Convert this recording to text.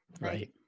Right